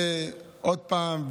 ועוד פעם,